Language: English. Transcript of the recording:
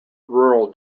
rural